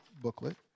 booklet